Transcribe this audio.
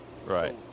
Right